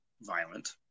violent